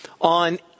On